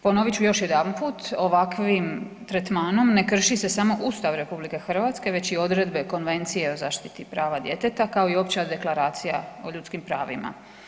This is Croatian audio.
Ponovit ću još jedanput, ovakvim tretmanom ne krši se samo Ustav RH već i odredbe Konvencije o zaštiti prava djeteta kao i Opća deklaracija o ljudskim pravima.